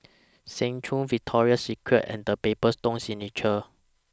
Seng Choon Victoria Secret and The Paper Stone Signature